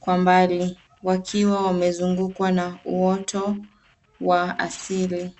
kwa mbali wakiwa wamezungukwa na uoto wa asili.